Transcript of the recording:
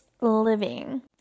living